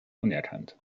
unerkannt